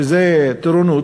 זו טירונות,